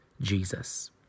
Jesus